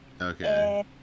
Okay